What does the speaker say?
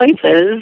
places